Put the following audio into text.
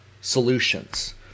solutions